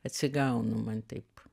atsigaunu man taip